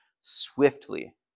swiftly